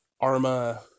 Arma